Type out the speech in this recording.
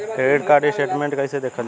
Credit card statement कइसे देखल जाला?